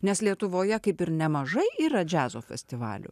nes lietuvoje kaip ir nemažai yra džiazo festivalių